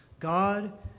God